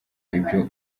ibyo